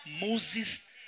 moses